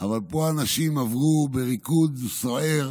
אבל פה אנשים עברו בריקוד סוער